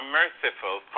merciful